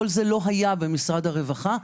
כל זה לא היה במשרד הרווחה,